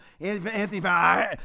Anthony